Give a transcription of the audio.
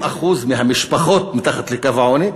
20% מהמשפחות מתחת לקו העוני,